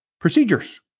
procedures